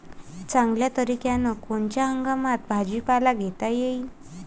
चांगल्या तरीक्यानं कोनच्या हंगामात भाजीपाला घेता येईन?